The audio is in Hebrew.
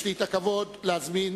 יש לי הכבוד להזמין